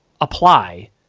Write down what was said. apply